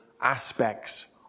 aspects